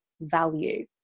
value